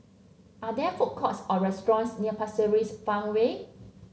are there food courts or restaurants near Pasir Ris Farmway